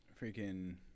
Freaking